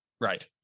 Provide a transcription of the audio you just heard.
Right